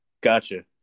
Gotcha